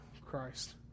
Christ